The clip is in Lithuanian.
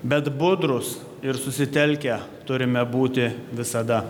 bet budrūs ir susitelkę turime būti visada